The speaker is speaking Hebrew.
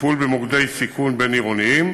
לטיפול במוקדי סיכון בין-עירוניים,